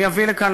אני אביא לכאן,